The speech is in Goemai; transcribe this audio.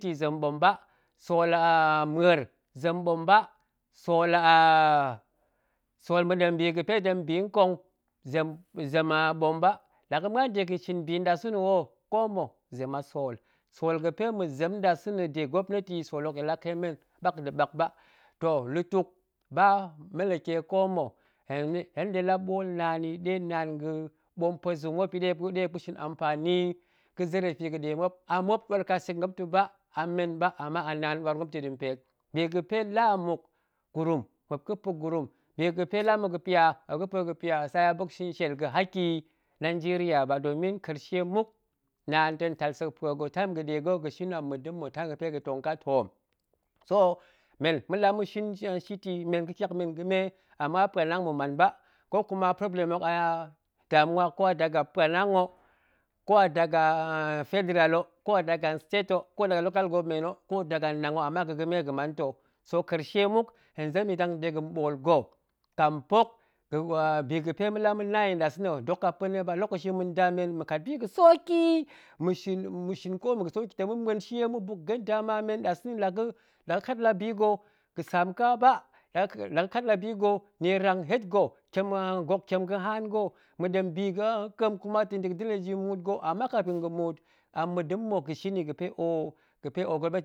Sool ma̱a̱r zem ɓom ba, sool ma̱ɗem bi ga̱pe tong bi nkong zem ɓom ba, la ga̱ muan dega̱ shin bi ndsa̱ na̱ ho ko mima, zem a sool, sool ga̱pe ma̱zem nɗasa̱na̱ de gwopneti, sool hok nɗe nong kai ɓak nda̱ ɓak ba, toh lutuk ba meleke ko mma̱ hen nɗe la boolnaan yi ɗe naan ga̱ ɓom puezung muop yi ɓe muop ga̱shin ampani yi ga̱ zere fi ga̱ɗe muop, a muop ɗwaar kasek muop ta̱ ba, a men ba ta̱ ɗi mpe hok, bi ga̱pe la a mmuk gurum ɓi ga̱pe la a muk ga̱pya muop ga̱pa̱ ga̱pya harki nanjeriya, domin karce time ga̱de ga̱shin a mma̱ ka toom, so men ma̱ɗe la ma̱shin shit yi men ga̱ tyak men game ama puanang ma̱ man ɗa, ko kuma problem hola a damuwa hok ko a daga puanang hok, ko a daga federal hok ko a daga state ho ko a daga local government ho, ko a daga nnang ho, ama ga̱ ga̱me ga̱ man ta̱, so karce muk, hen zem yi dang yit dega̱ ɓool ga̱, kambok bi ga̱pe ma̱de la ma̱na yi nɗasa̱na̱ dok a pa̱na̱ ɓa, kokaci ma̱nda men ma̱kat bi ga̱ soki, ma̱shin ko mma̱ ga̱ soki tong ma̱ muen shie ma̱buk genda ma men, nɗa̱sa̱na̱ la ga̱kat la bi ga̱, ga̱ saam ka ba, la ga̱kat la bi ga̱ nierang het ga̱, gok tiem ga̱ haan ga̱, ma̱ɗem bi kem muut ga̱, ama kafin ga̱ munt, a mma̱ nda ga̱shin yi ga̱pe ho ga̱pe oh gwopneti